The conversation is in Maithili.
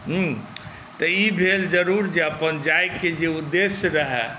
हुँ तऽ ई भेल जरूर जे अपन जाइके जे उद्देश्य रहै